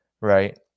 right